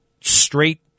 straight